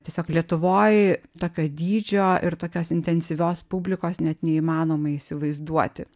tiesiog lietuvoj tokio dydžio ir tokios intensyvios publikos net neįmanoma įsivaizduoti